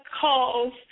calls